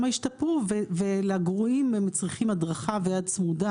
ישתפרו ולגרועים הם צריכים הדרכה ויד צמודה,